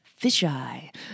Fisheye